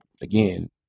again